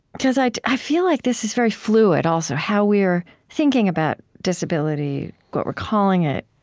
because i i feel like this is very fluid, also how we are thinking about disability, what we're calling it.